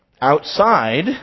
Outside